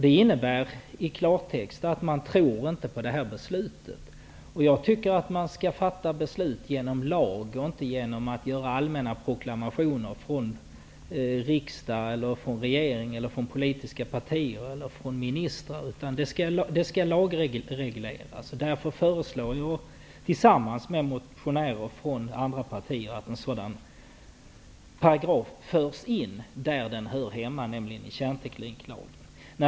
Det innebär i klartext att Kraftsam inte tror på det här beslutet. Jag tycker att beslut skall fattas genom lag och inte genom allmänna proklamationer från riksdag, regering, politiska partier eller ministrar. Jag föreslår därför, tillsammans med motionärer från andra partier, att en sådan paragraf förs in där den hör hemma, nämligen i kärntekniklagen.